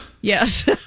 Yes